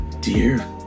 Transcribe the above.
Dear